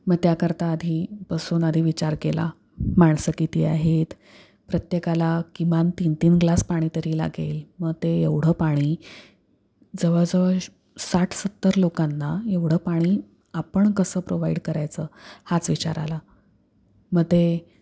मग त्याकरता आधी बसून आधी विचार केला माणसं किती आहेत प्रत्येकाला किमान तीन तीन ग्लास पाणी तरी लागेल मग ते एवढं पाणी जवळजवळ साठ सत्तर लोकांना एवढं पाणी आपण कसं प्रोवाईड करायचं हाच विचार आला मग ते